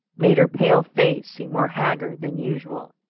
made her pale face seem more haggard than usual,